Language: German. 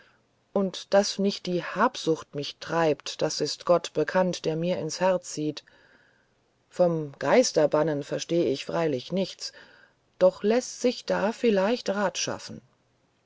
und daß nicht die habsucht mich treibt das ist gott bekannt der mir ins herz sieht vom geisterbannen versteh ich freilich nichts doch läßt sich da vielleicht rat schaffen